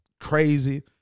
crazy